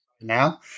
now